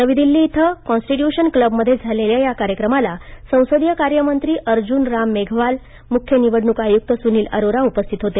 नवी दिल्ली इथं कॉस्टीटयूशन क्लबमध्ये झालेल्या या कार्यक्रमाला संसदीय कार्यमंत्री अर्जुन राम मेघवाल मुख्य निवडणूक आयुक्त सुनील अरोरा उपस्थित होते